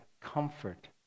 comfort